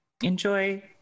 Enjoy